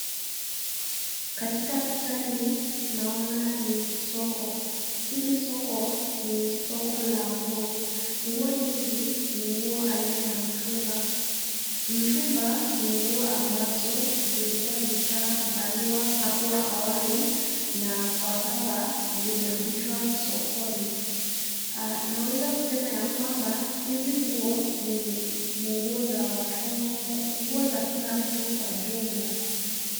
Katika picha hii naona ni soko. Hili soko ni soko la nguo. Nguo hizi ni nguo aina ya mtumba. Mtumba ni nguo ambazo zilikuwa zishavaliwa hapo awali na kwa sasa zimerudishwa sokoni. Naweza kusema ya kwamba hizi nguo ni nguo za watoto, nguo za kila mtu kwa jumla.